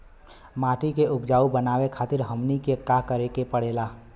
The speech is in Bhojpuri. माटी के उपजाऊ बनावे खातिर हमनी के का करें के पढ़ेला?